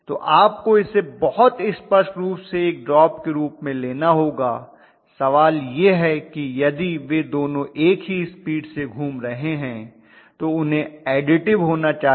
तो आपको इसे बहुत स्पष्ट रूप से एक ड्रॉप के रूप में लेना होगा सवाल यह है कि यदि वे दोनों एक ही स्पीड से घूम रहे हैं तो उन्हें ऐडिटिव होना चाहिए